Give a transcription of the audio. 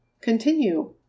Continue